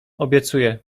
obiecuję